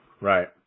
Right